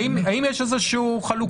האם יש חלוקה?